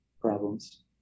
problems